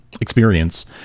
experience